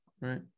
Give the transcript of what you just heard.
Right